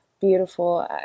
Beautiful